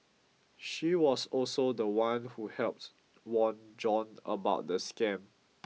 she was also the one who helped warn John about the scam